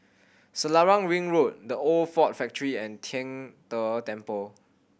Selarang Ring Road The Old Ford Factory and Tian De Temple